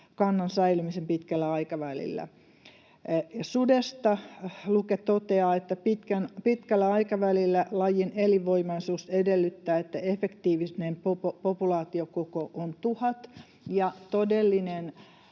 kannan säilymisen pitkällä aikavälillä”. Sudesta Luke toteaa, että pitkällä aikavälillä lajin elinvoimaisuus edellyttää, että efektiivinen populaatiokoko on tuhat ja todellinen